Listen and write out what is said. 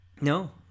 No